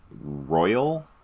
Royal